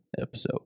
episode